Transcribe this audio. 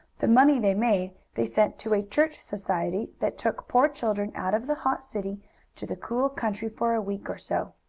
the money they made they sent to a church society, that took poor children out of the hot city to the cool country for a week or so.